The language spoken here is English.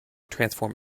transform